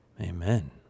Amen